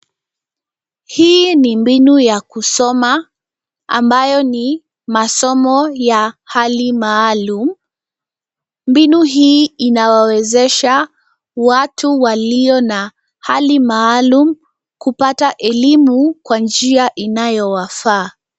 Hii ni mbinu ya kusoma ambayo ni masomo ya hali maalum. Mbinu hii inawawezesha watu walio na hali maalum kupata elimu kwa njia inayo wafaa.